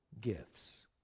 gifts